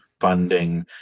funding